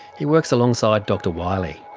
he works alongside dr wylie.